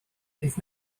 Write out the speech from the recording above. rwyf